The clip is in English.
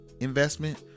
investment